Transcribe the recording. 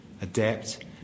adapt